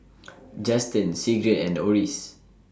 Justen Sigrid and Oris